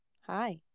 hi